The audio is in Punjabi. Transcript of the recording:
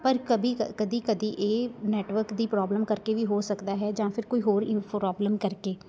ਪਰ ਕਬੀ ਕ ਕਦੀ ਕਦੀ ਇਹ ਨੈੱਟਵਰਕ ਦੀ ਪ੍ਰੋਬਲਮ ਕਰਕੇ ਵੀ ਹੋ ਸਕਦਾ ਹੈ ਜਾਂ ਫਿਰ ਕੋਈ ਹੋਰ ਇਫ੍ਰੋਬਲਮ ਕਰਕੇ